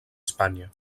espanya